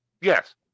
yes